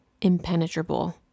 impenetrable